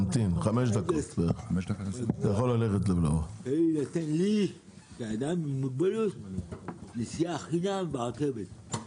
השאלה שלי האם תינתן לי לאדם עם מוגבלות נסיעה חינם ברכבת?